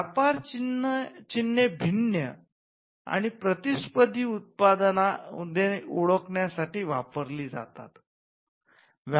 व्यापार चिन्हे भिन्न आणि प्रतिस्पर्धी उत्पादने ओळखण्यासाठी वापरली जातात